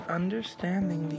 understanding